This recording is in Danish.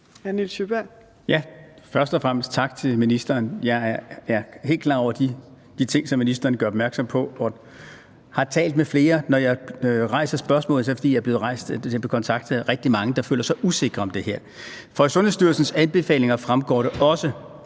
Først og fremmest tak til ministeren. Jeg er helt klar over de ting, som ministeren gør opmærksom på. Jeg har talt med flere, og når jeg rejser spørgsmålet, er det, fordi jeg er blevet kontaktet af rigtig mange, der føler sig usikre i forhold til det her. For i Sundhedsstyrelsens anbefalinger fremgår det også,